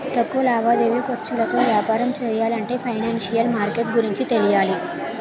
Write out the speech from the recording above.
తక్కువ లావాదేవీ ఖర్చులతో వ్యాపారం చెయ్యాలంటే ఫైనాన్సిషియల్ మార్కెట్ గురించి తెలియాలి